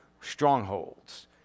strongholds